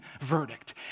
verdict